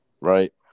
Right